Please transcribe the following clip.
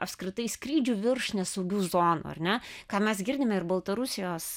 apskritai skrydžių virš nesaugių zonų ar ne ką mes girdime ir baltarusijos